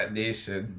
nation